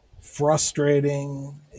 frustrating